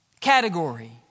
category